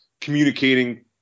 communicating